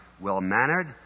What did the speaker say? well-mannered